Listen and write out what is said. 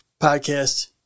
podcast